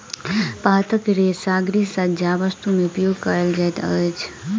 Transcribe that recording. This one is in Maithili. पातक रेशा गृहसज्जा वस्तु में उपयोग कयल जाइत अछि